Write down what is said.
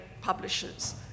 publishers